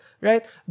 right